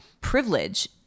privilege